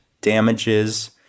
Damages